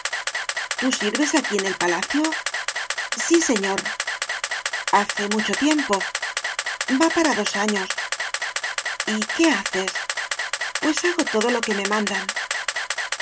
tu sirves aquí en el palacio sí señor hace mucho tiempo va para dos años y qué haces pues hago todo lo que me mandan